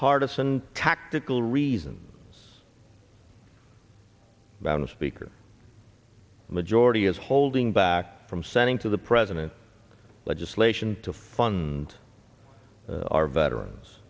partisan tactical reasons about the speaker the majority is holding back from sending to the president legislation to fund our veterans